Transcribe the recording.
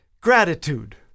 Gratitude